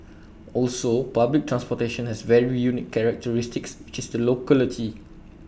also public transportation has very unique characteristics which is the locality